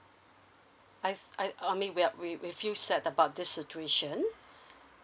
I I I mean we are we we feel sad about this situation